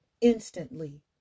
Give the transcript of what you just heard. Instantly